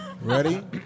Ready